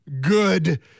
good